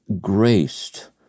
graced